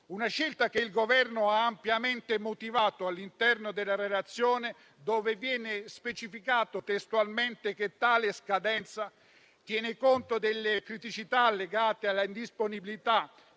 una scelta che il Governo ha ampiamente motivato all'interno della relazione, dove viene specificato testualmente che tale scadenza tiene conto delle criticità legate alla indisponibilità